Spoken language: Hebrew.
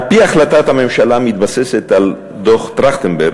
על-פי החלטת הממשלה המתבססת על דוח-טרכטנברג,